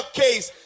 case